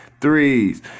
threes